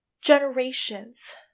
generations